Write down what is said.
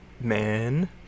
man